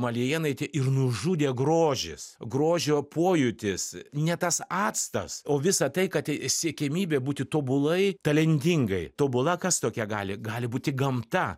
malėjinaitė ir nužudė grožis grožio pojūtis ne tas actas o visa tai kad siekiamybė būti tobulai talentingai tobula kas tokia gali gali būti gamta